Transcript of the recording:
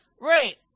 Right